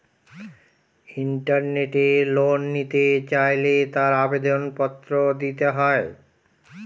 ইন্টারনেটে লোন নিতে চাইলে তার আবেদন পত্র দিতে হয়